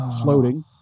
floating